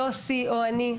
יוסי או אני,